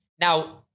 Now